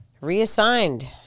reassigned